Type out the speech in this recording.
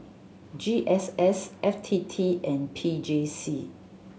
G S S F T T and P J C